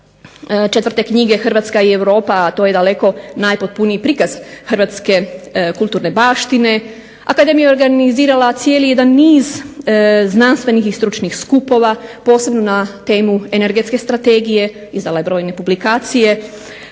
četvrte knjige "Hrvatska i Europa", a to je daleko najpotpuniji prikaz hrvatske kulturne baštine. Akademija je organizirala cijeli jedan niz znanstvenih i stručnih skupova, posebno na temu Energetske strategije, izdala je brojne publikacije.